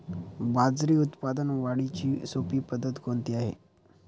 बाजरी उत्पादन वाढीची सोपी पद्धत कोणती आहे?